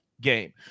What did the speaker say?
game